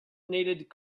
needed